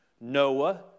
Noah